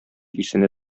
исенә